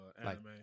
anime